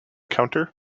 counter